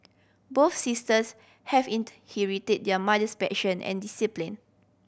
both sisters have inherited their mother's passion and discipline